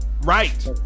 Right